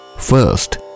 First